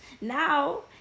now